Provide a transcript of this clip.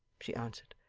she answered,